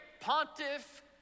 pontiff